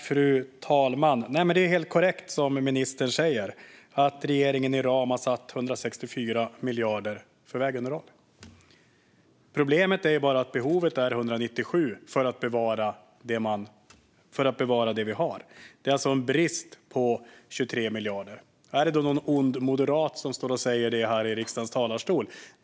Fru talman! Det är helt korrekt, som ministern säger, att regeringen i ram har avsatt 164 miljarder för vägen i dag. Problemet är bara att behovet är 197 miljarder för att bevara det vi har. Det är alltså en brist på 23 miljarder. Är det då någon ond moderat som står och säger detta här i riksdagens talarstol?